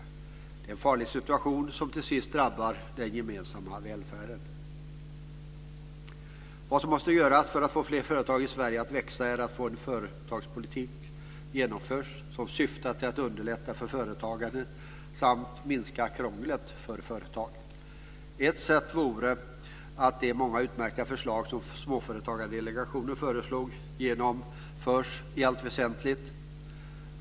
Det är en farlig situation som till sist drabbar den gemensamma välfärden. Vad som måste göras för att få fler företag i Sverige att växa är att en företagspolitik genomförs som syftar till att underlätta för företagandet samt till att minska krånglet för företag. Ett sätt vore att de många utmärkta förslag som Småföretagsdelegationen kommit med i allt väsentligt genomförs.